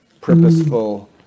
purposeful